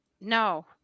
No